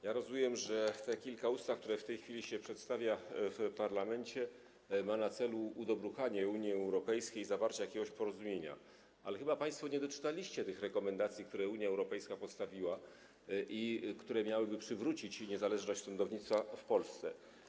Ja rozumiem, że te kilka ustaw, które w tej chwili się przedstawia w parlamencie, ma na celu udobruchanie Unii Europejskiej, zawarcie jakiegoś porozumienia, ale chyba państwo nie doczytaliście tych rekomendacji, które Unia Europejska przedstawiła i które miałyby przywrócić niezależność sądownictwa w Polsce.